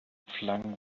flung